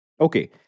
Okay